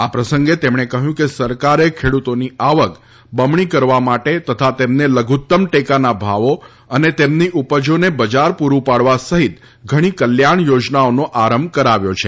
આ પ્રસંગે તેમણે કહ્યું કે સરકારે ખેડૂતોની આવક બમણી કરવા માટે તથા તેમને લધુત્તમ ટેકાના ભાવો અને તેમની ઉપજોને બજાર પુરૂ પાડવા સહિત ઘણી કલ્યાણ યોજનાઓનો આરંભ કરાવ્યો છે